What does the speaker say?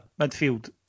midfield